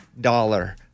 dollar